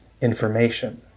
information